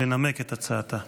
לנמק את הצעתה.